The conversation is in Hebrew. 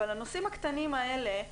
אבל הנושאים הקטנים האלה,